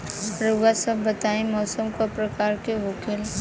रउआ सभ बताई मौसम क प्रकार के होखेला?